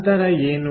ನಂತರ ಏನು